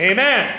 Amen